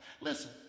Listen